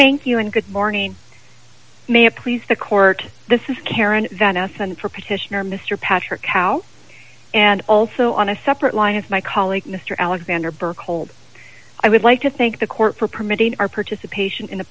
thank you and good morning may it please the court this is karen than us and for petitioner mr patrick out and also on a separate line is my colleague mr alexander berchtold i would like to thank the court for permitting our participation in the